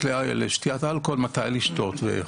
זקוקות לשתיית אלכוהול, מתי לשתות ואיך.